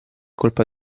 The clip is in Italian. colpa